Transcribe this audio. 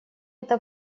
эта